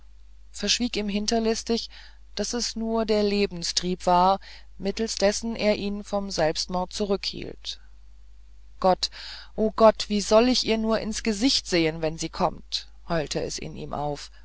verschwieg ihm hinterlistig daß es nur der lebenstrieb war mittels dessen er ihn vom selbstmord zurückhielt gott o gott wie soll ich ihr ins gesicht sehen wenn sie kommt heulte es in ihm auf